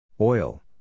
Oil